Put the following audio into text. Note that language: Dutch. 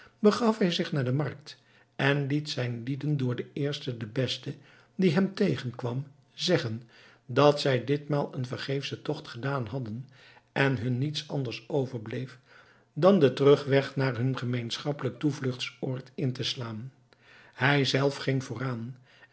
begaf hij zich naar de markt en liet zijn lieden door den eersten den besten die hem tegenkwam zeggen dat zij ditmaal een vergeefschen tocht gedaan hadden en hun niets anders overbleef dan den terugweg naar hun gemeenschappelijk toevluchtsoord in te slaan hij zelf ging vooraan